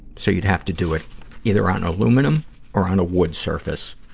so, you'd have to do it either on aluminum or on a wood surface.